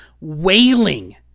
wailing